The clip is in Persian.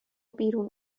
بیرون